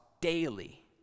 daily